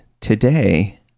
Today